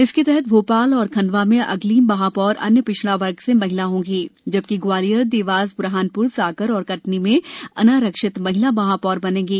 इसके तहत भोपाल और खंडवा में अगली महापौर अन्य पिछड़ा वर्ग से महिला होगी जबकि ग्वालियर देवास ब्रहानप्र सागर और कटनी में अनारक्षित महिला महापौर बनेंगी